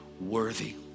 worthy